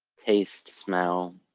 taste, smell.